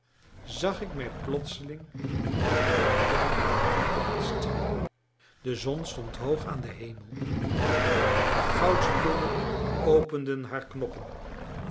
zag ik mij plotseling in dien tuin verplaatst de zon stond hoog aan den hemel de goudsbloemen openden haar knoppen